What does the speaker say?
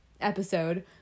episode